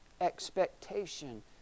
expectation